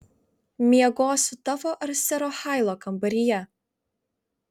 miegosiu tavo ar sero hailo kambaryje